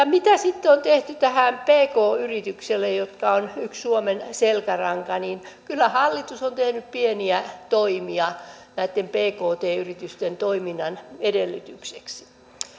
mitä sitten on tehty näille pk yrityksille jotka ovat yksi suomen selkärangoista kyllä hallitus on tehnyt pieniä toimia näitten pkt yritysten toiminnan edellytykseksi